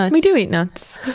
and we do eat nuts.